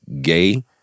gay